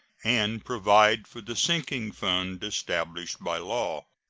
and provide for the sinking fund established by law.